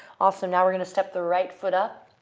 awesome. now we're going to step the right foot up.